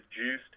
juiced